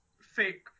fake